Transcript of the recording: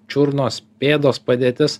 čiurnos pėdos padėtis